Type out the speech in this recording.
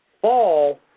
fall